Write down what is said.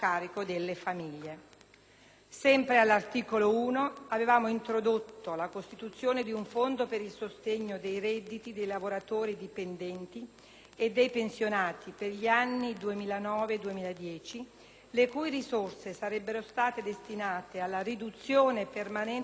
Sempre all'articolo 1, avevamo introdotto la costituzione di un fondo per il sostegno dei redditi dei lavoratori dipendenti e dei pensionati, per gli anni 2009 e 2010, le cui risorse sarebbero state destinate alla riduzione permanente del prelievo fiscale